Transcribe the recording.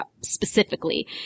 specifically